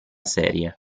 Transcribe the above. serie